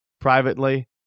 privately